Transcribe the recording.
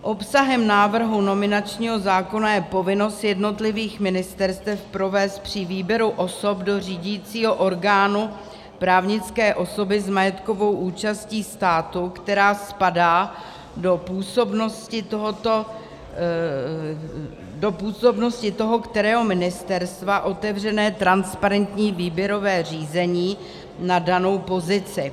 Obsahem návrhu nominačního zákona je povinnost jednotlivých ministerstev provést při výběru osob do řídícího orgánu právnické osoby s majetkovou účastí státu, která spadá do působnosti toho kterého ministerstva, otevřené transparentní výběrové řízení na danou pozici.